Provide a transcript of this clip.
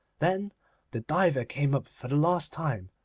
then the diver came up for the last time,